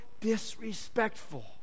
disrespectful